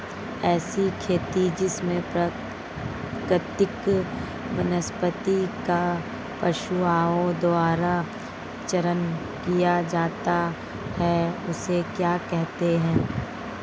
ऐसी खेती जिसमें प्राकृतिक वनस्पति का पशुओं द्वारा चारण किया जाता है उसे क्या कहते हैं?